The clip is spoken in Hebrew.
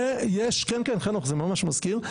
כן, חנוך, זה ממש מזכיר.